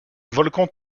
volcan